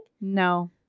No